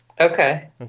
Okay